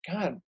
God